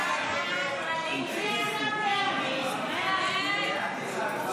הסתייגות 10 לחלופין נה לא נתקבלה.